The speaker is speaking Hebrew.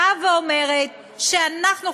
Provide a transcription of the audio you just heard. באה ואומרת שאנחנו,